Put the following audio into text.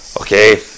okay